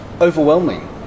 overwhelming